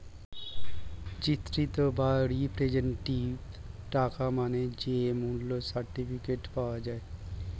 চিত্রিত বা রিপ্রেজেন্টেটিভ টাকা মানে যে মূল্য সার্টিফিকেট পাওয়া যায়